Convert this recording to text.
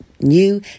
new